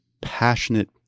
passionate